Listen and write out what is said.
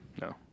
No